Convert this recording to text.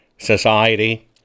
Society